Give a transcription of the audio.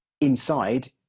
inside